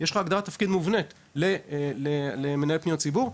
אז יש לך הגדרת תפקיד מובנית למנהל פניות ציבור.